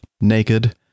naked